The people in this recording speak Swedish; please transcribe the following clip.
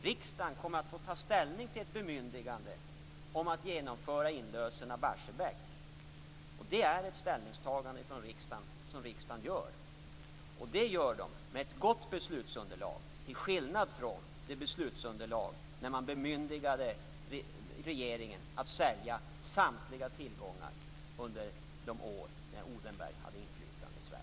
Riksdagen kommer att få ta ställning till ett bemyndigande om att genomföra inlösen av Barsebäck, och det är ett ställningstagande som riksdagen gör. Detta sker utifrån ett gott beslutsunderlag, till skillnad från det beslutsunderlag som fanns när man under de år då Odenberg hade inflytande i Sverige bemyndigade regeringen att sälja samtliga tillgångar.